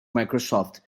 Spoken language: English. microsoft